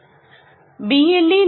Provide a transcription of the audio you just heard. BLE 4